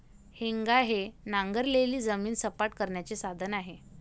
हेंगा हे नांगरलेली जमीन सपाट करण्याचे साधन आहे